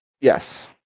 Yes